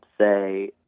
say